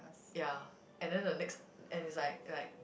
ya and then the next and it's like like